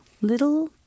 Little